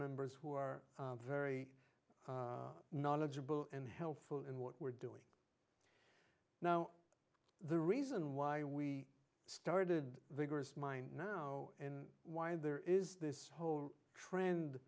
members who are very knowledgeable and helpful in what we're doing now the reason why we started vigorous mind now in why there is this whole trend